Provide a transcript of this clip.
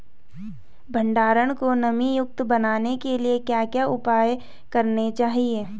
भंडारण को नमी युक्त बनाने के लिए क्या क्या उपाय करने चाहिए?